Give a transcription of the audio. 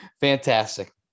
Fantastic